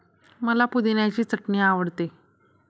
मला पुदिन्याची चटणी आवडते